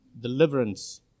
deliverance